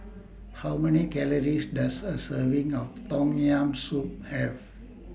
How Many Calories Does A Serving of Tom Yam Soup Have